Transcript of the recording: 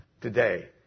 today